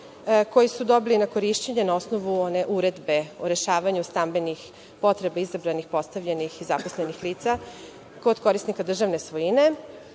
koji su dobili na korišćenje na osnovu uredbe o rešavanju stambenih potreba izabranih, postavljenih i zaposlenih lica kod korisnika državne svojine.